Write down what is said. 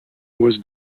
was